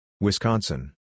Wisconsin